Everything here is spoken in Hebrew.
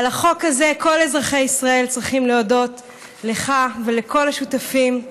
על החוק הזה כל אזרחי ישראל צריכים להודות לך ולכל השותפים.